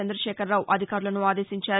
చంద్రశేఖర్రావు అధికారులను ఆదేశించారు